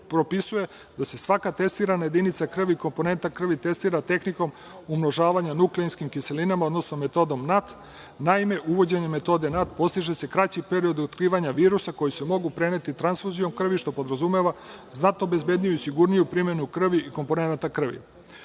da se svaka testirana jedinica krvi i komponenta krvi testira tehnikom umnožavanja nukleinskim kiselinama, odnosno metodom NAT. Naime, uvođenjem metode NAT postiže se kraći period u otkrivanju virusa koji se mogu preneti transfuzijom krvi, što podrazumeva znatno bezbedniju i sigurniju primenu krvi i komponenata